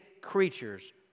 creatures